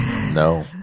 no